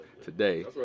Today